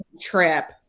trip